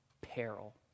peril